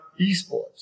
esports